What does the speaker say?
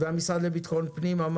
והמשרד לביטחון פנים,